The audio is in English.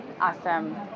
Awesome